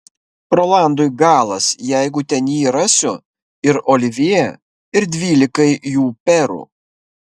rolandui galas jeigu ten jį rasiu ir olivjė ir dvylikai jų perų